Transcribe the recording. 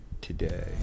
today